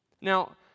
Now